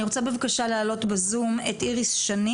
אני רוצה בבקשה להעלות בזום את איריס שני